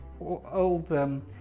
old